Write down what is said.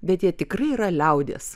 bet jie tikrai yra liaudies